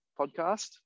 podcast